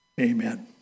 Amen